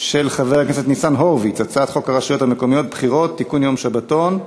חוק הרשויות המקומיות (בחירות) (תיקון מס' 44),